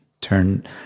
turn